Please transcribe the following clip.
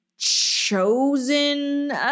chosen